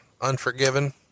Unforgiven